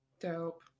Dope